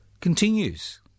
continues